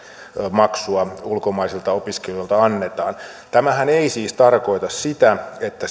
maksua ulkomaisilta opiskelijoilta annetaan tämähän ei siis tarkoita sitä että